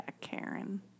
Karen